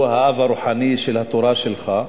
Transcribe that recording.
שהוא האב הרוחני של התורה שלך,